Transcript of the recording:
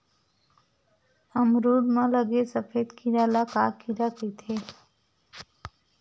अमरूद म लगे सफेद कीरा ल का कीरा कइथे?